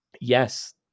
yes